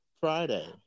Friday